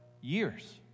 years